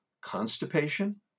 constipation